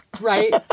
Right